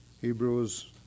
Hebrews